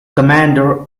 commander